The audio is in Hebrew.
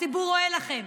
הציבור רואה לכם.